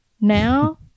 now